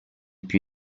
più